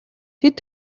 тэд